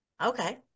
okay